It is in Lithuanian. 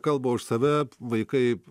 kalba už save vaikai